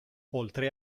oltre